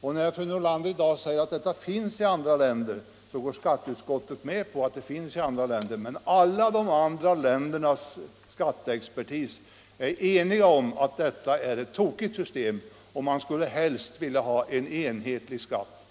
När fru Nordlander i dag säger att detta system tillämpas i andra länder, går skatteutskottet med på detta. Men alla andra länders skatteexpertis är enig om att det är ett tokigt system. Man skulle helst vilja ha en enhetlig skatt.